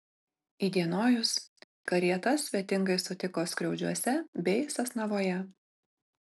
įdienojus karietas svetingai sutiko skriaudžiuose bei sasnavoje